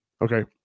Okay